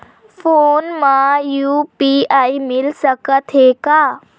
Phone मा UPI मिल सकत हे का?